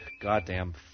goddamn